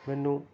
ਮੈਨੂੰ